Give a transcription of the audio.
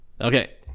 Okay